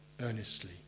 earnestly